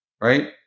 right